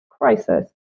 crisis